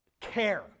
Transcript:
care